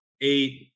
eight